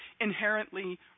inherently